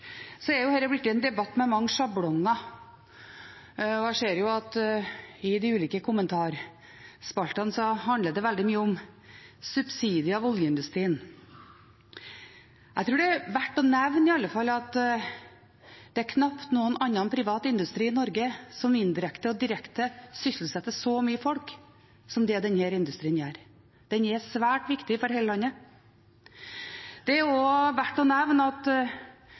så bredt som det er. Det gjør også at det blir vanskeligere å bryte opp et slikt forlik senere, men at forliket står seg godt. Dette er blitt en debatt med mange sjablonger, og jeg ser jo at i de ulike kommentarspaltene handler det veldig mye om subsidier av oljeindustrien. Jeg tror det er verdt å nevne, i alle fall, at det er knapt noen annen privat industri i Norge som indirekte og direkte sysselsetter så mye folk som det denne industrien gjør. Den er svært viktig